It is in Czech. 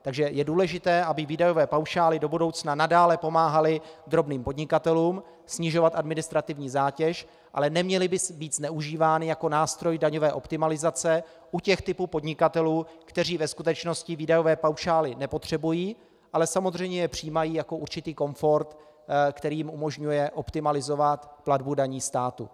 Takže je důležité, aby výdajové paušály do budoucna nadále pomáhaly drobným podnikatelům snižovat administrativní zátěž, ale neměly by být zneužívány jako nástroj daňové optimalizace u těch typů podnikatelů, kteří ve skutečnosti výdajové paušály nepotřebují, ale samozřejmě je přijímají jako určitý komfort, který jim umožňuje optimalizovat platbu daní státu.